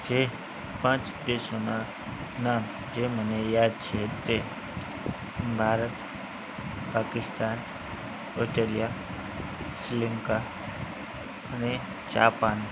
જે પાંચ દેશોનાં નામ જે મને યાદ છે તે ભારત પાકિસ્તાન ઓસ્ટ્રેલિયા શ્રીલંકા અને જાપાન